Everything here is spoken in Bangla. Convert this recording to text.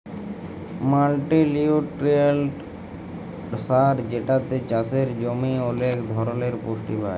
মাল্টিলিউট্রিয়েন্ট সার যেটাতে চাসের জমি ওলেক ধরলের পুষ্টি পায়